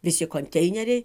visi konteineriai